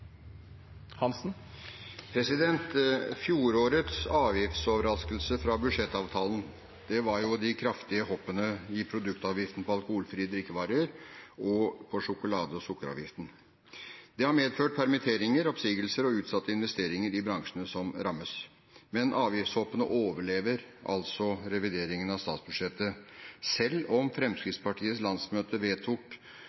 Fjorårets avgiftsoverraskelse i budsjettavtalen var de kraftige hoppene i produktavgiften på alkoholfrie drikkevarer, sjokolade og sukker. Det har medført permitteringer, oppsigelser og utsatte investeringer i de bransjene som rammes. Avgiftshoppene overlever revideringen av statsbudsjettet, selv om